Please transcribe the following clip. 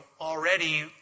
already